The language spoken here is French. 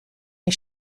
les